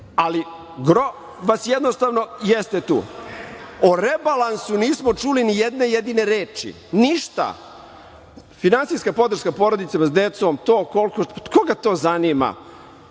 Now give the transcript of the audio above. ali, gro vas jednostavno jeste tu.O rebalansu nismo čuli ni jedne jedine reči, ništa. Finansijska podrška porodicama sa decom, koga to zanima, koga to zanima?